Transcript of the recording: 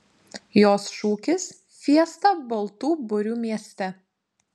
jos šūkis fiesta baltų burių mieste